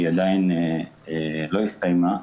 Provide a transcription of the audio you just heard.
היא עדיין לא הסתיימה.